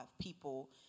people